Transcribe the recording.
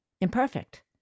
imperfect